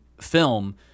film